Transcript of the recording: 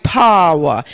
power